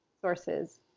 sources